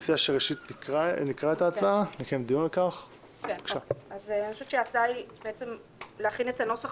ההצעה היא להשאיר את הנוסח